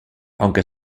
aunque